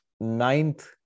ninth